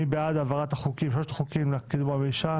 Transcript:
מי בעד העברת שלושת החוקים לוועדה לקידום מעמד האישה?